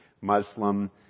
Muslim